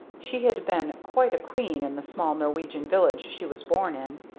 she had been quite a queen in the small norwegian village she was born in.